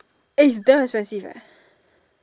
eh is damn expensive eh